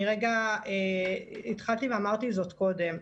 אני התחלתי ואמרתי קודם.